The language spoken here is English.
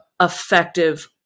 effective